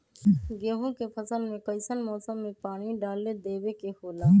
गेहूं के फसल में कइसन मौसम में पानी डालें देबे के होला?